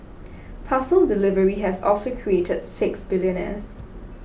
parcel delivery has also created six billionaires